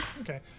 Okay